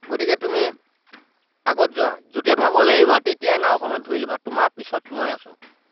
গতিকে তুমি আগত যোৱা য'তেই ভাগৰ লাগিব তেতিয়া নাওখনত ধৰি ল'বা তোমাৰ পিছত মই আছো